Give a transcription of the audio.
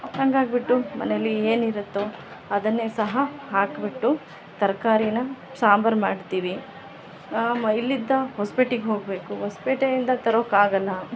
ಹಂಗಾಗ್ಬಿಟ್ಟು ಮನೇಲಿ ಏನು ಇರತ್ತೋ ಅದನ್ನೇ ಸಹ ಹಾಕಿಬಿಟ್ಟು ತರಕಾರಿನ ಸಾಂಬಾರ್ ಮಾಡ್ತೀವಿ ಮ ಇಲ್ಲಿದ್ದ ಹೊಸ್ಪೇಟಿಗೆ ಹೋಗಬೇಕೂ ಹೊಸ್ಪೇಟೆಯಿಂದ ತರೋಕೆ ಆಗೊಲ್ಲ